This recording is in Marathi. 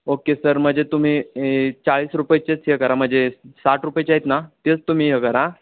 ओके सर म्हणजे तुम्ही ई चाळीस रुपयाचेच हे करा म्हणजे साठ रुपयाचे आहेत ना तेच तुम्ही हे करा